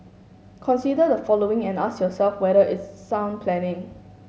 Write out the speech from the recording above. consider the following and ask yourself whether it's sound planning